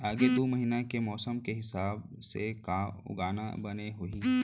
आगे दू महीना के मौसम के हिसाब से का उगाना बने होही?